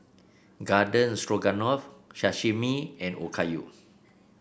Garden Stroganoff Sashimi and Okayu